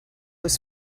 was